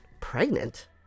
Pregnant